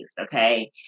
okay